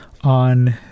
on